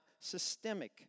systemic